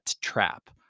trap